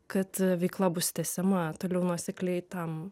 kad veikla bus tęsiama toliau nuosekliai tam